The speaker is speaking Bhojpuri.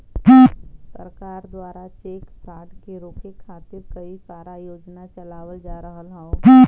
सरकार दवारा चेक फ्रॉड के रोके खातिर कई सारा योजना चलावल जा रहल हौ